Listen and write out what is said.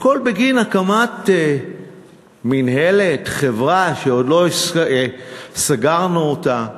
הכול בגין הקמת מינהלת, חברה, שעוד לא סגרנו אותה,